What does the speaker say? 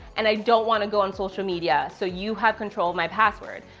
and i don't want to go on social media, so you have control of my password.